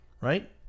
right